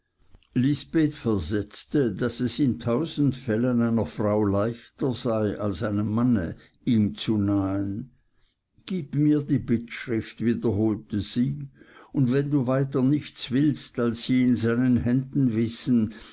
lisbeth versetzte daß es in tausend fällen einer frau leichter sei als einem mann ihm zu nahen gib mir die bittschrift wiederholte sie und wenn du weiter nichts willst als sie in seinen händen wissen